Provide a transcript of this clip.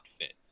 fit